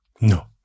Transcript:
No